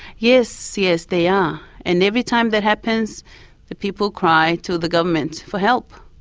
yes, yes, they are. and every time that happens the people cry to the government for help.